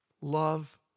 Love